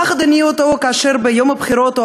הפחד הניע אותו כאשר ביום הבחירות הוא